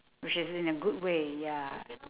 which is in a good way ya